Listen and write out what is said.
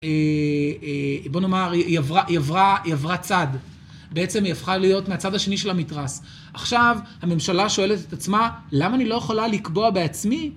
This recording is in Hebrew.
בוא נאמר, היא עברה צד, בעצם היא הפכה להיות מהצד השני של המתרס. עכשיו, הממשלה שואלת את עצמה, למה אני לא יכולה לקבוע בעצמי?